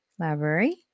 library